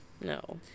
No